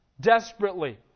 Desperately